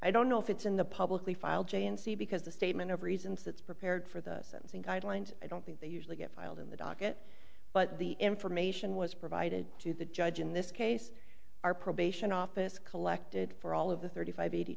i don't know if it's in the publicly filed gnc because the statement of reasons that's prepared for the sentencing guidelines i don't think they usually get filed in the docket but the information was provided to the judge in this case are probation office collected for all of the thirty five eighty